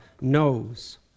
knows